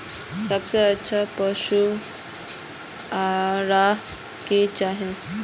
सबसे अच्छा पशु आहार की होचए?